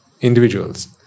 individuals